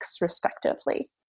respectively